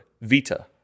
Vita